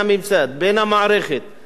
בין המערכת,